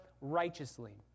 righteously